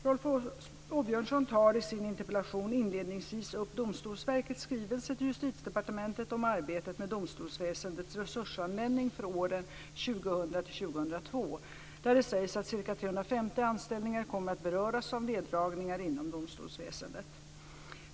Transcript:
Rolf Åbjörnsson tar i sin interpellation inledningsvis upp Domstolsverkets skrivelse till Justitiedepartementet om arbetet med domstolsväsendets resursanvändning för åren 2000-2002, där det sägs att ca 350 anställningar kommer att beröras av neddragningar inom domstolsväsendet.